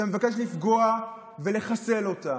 אתה מבקש לפגוע בה ולחסל אותה.